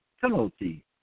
Penalty